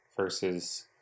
versus